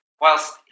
whilst